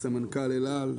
אני סמנכ"ל אל על,